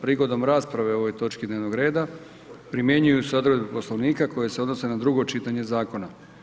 Prigodom rasprave o ovoj točki dnevnog reda primjenjuju se odredbe Poslovnika koje se odnose na drugo čitanje zakona.